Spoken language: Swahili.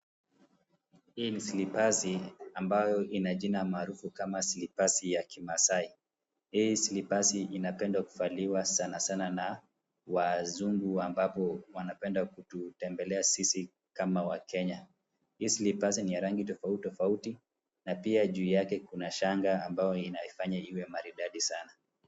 Hii ni silipasi ambayo ina jina maarufu kama silipasi ya kimaasai. Hii silipasi inapenda kuvaliwa sanasana na wazungu ambapo wanapenda kututembelea sisi kama wakenya. Hii silipasi ni ya rangi tofauti tofauti na pia juu yake kuna shanga ambayo inaifanya iwe maridadi sana.